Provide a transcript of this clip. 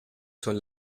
son